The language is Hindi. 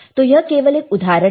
तो यह केवल एक उदाहरण है